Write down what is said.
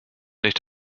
nicht